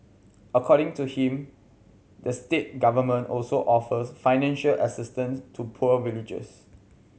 according to him the state government also offers financial assistance to poor villagers